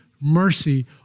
mercy